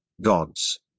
gods